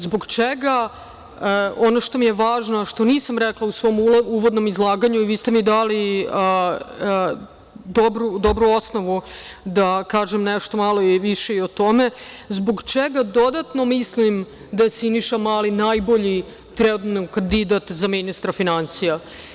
Zbog čega, ono što mi je važno, a što nisam rekla u svom uvodnom izlaganju i vi ste mi dali dobru osnovu da kažem nešto malo više i o tome, zbog čega dodatno mislim da je Siniša Mali najbolji trenutno kandidat za ministra finansija.